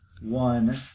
One